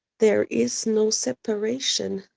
there is no separation.